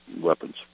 weapons